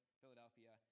Philadelphia